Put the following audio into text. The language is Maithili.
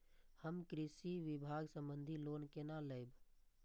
हम कृषि विभाग संबंधी लोन केना लैब?